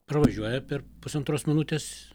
pravažiuoja per pusantros minutės